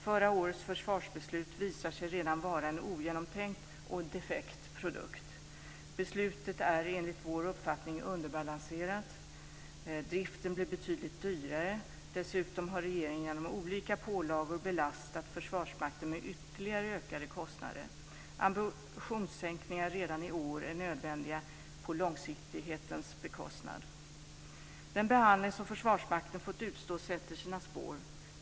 Förra årets försvarsbeslut visar sig redan vara en ogenomtänkt och defekt produkt. Beslutet är enligt vår uppfattning underbalanserat. Driften blir betydligt dyrare. Dessutom har regeringen genom olika pålagor belastat Försvarsmakten med ytterligare ökade kostnader. Ambitionssänkningar redan i år är nödvändiga, på långsiktighetens bekostnad. Den behandling som Försvarsmakten fått utstå sätter sina spår.